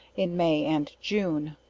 in may and june.